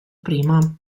prima